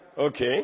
Okay